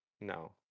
No